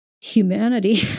humanity